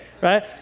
right